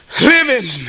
living